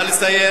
נא לסיים.